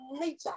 nature